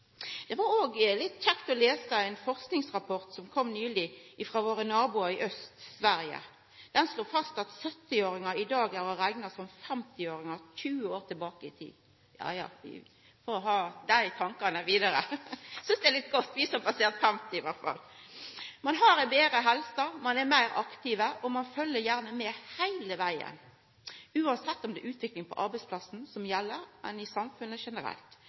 Det var òg litt kjekt å lesa ein forskingsrapport som nyleg kom frå vår nabo i aust, Sverige. Han slo fast at 70-åringar i dag er å rekna som 50-åringar for 20 år sidan. Ja, ja, vi får ha dei tankane vidare. Vi som har passert 50, synest i alle fall det er litt godt. Ein har betre helse, ein er meir aktiv, og ein følgjer gjerne med heile vegen, uansett om det gjeld utvikling på arbeidsplassen eller i samfunnet generelt.